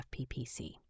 FPPC